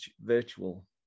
virtual